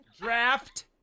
Draft